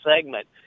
segment